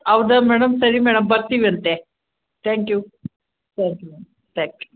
ಹೌದಾ ಮೇಡಮ್ ಸರಿ ಮೇಡಮ್ ಬರ್ತೀವಂತೆ thank you thank you madam thank you